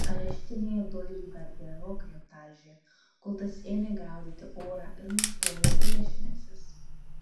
areštinėje doilį dar gerokai aptalžė kol tas ėmė gaudyti orą ir nustojo priešinęsis